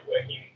working